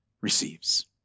receives